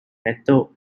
metal